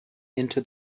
into